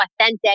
authentic